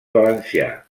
valencià